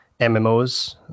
MMOs